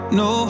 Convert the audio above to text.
no